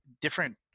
different